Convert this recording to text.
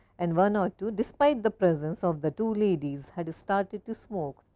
and one or two, despite the presence of the two ladies, had started to smoke.